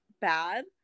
bad